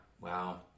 Wow